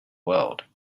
world